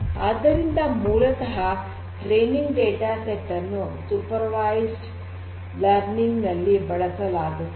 ಆದ್ದರಿಂದ ಮೂಲತಃ training data set ಅನ್ನು ಸೂಪರ್ ವೈಜ್ಡ್ ಲರ್ನಿಂಗ್ ನಲ್ಲಿ ಬಳಸಲಾಗುತ್ತದೆ